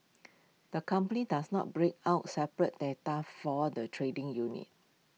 the company does not break out separate data for the trading unit